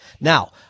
now